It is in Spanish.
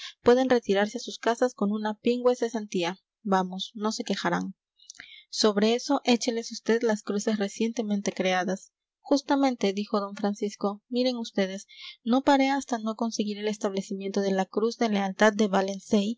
pueden retirarse a sus casas con una pingüe cesantía vamos no se quejarán sobre eso écheles vd las cruces recientemente creadas justamente dijo d francisco miren vds no paré hasta no conseguir el establecimiento de la cruz de lealtad de